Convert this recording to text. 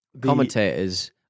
Commentators